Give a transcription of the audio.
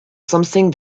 something